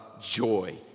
joy